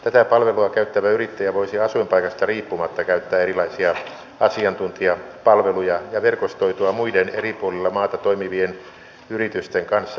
tätä palvelua käyttävä yrittäjä voisi asuinpaikasta riippumatta käyttää erilaisia asiantuntijapalveluja ja verkostoitua muiden eri puolilla maata toimivien yritysten kanssa